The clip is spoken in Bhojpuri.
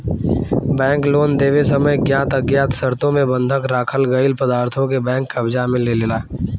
बैंक लोन देवे समय ज्ञात अज्ञात शर्तों मे बंधक राखल गईल पदार्थों के बैंक कब्जा में लेलेला